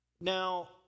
Now